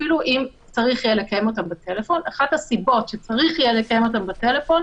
אפילו אם צריך לקיים אותם בטלפון.